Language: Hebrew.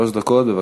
שלוש דקות, בבקשה.